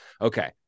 okay